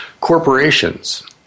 corporations